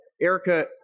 Erica